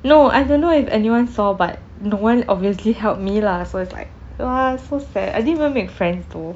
no I don't know if anyone saw but no one obviously help me lah so it's like !wah! so sad I didn't even make friends though